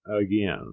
again